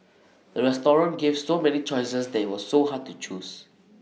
the restaurant gave so many choices that IT was so hard to choose